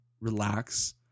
relax